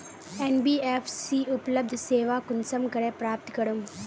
NBFC उपलब्ध सेवा कुंसम करे प्राप्त करूम?